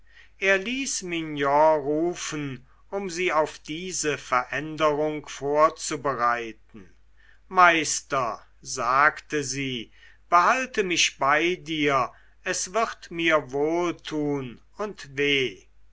er ließ mignon rufen um sie auf diese veränderung vorzubereiten meister sagte sie behalte mich bei dir es wird mir wohl tun und weh